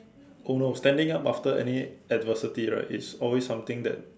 oh no standing up after any adversity right it's always something that